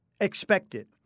expected